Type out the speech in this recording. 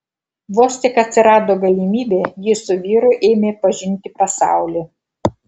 vos tik atsirado galimybė ji su vyru ėmė pažinti pasaulį